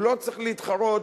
הוא לא צריך להתחרות,